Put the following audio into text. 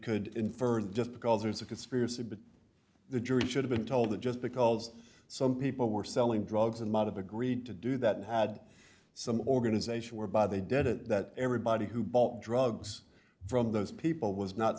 could infer that just because there's a conspiracy but the jury should have been told that just because some people were selling drugs and not of agreed to do that and had some organization whereby they did it that everybody who bought drugs from those people was not